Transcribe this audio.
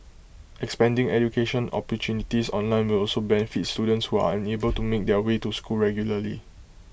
expanding education opportunities online will also benefit students who are unable to make their way to school regularly